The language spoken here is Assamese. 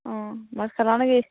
অঁ ভাত খালা নেকি